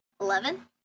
Eleven